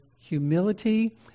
humility